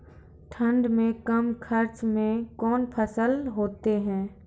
ठंड मे कम खर्च मे कौन फसल होते हैं?